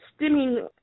stimming